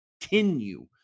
continue